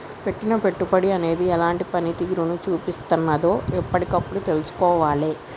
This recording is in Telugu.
పెట్టిన పెట్టుబడి అనేది ఎలాంటి పనితీరును చూపిస్తున్నదో ఎప్పటికప్పుడు తెల్సుకోవాలే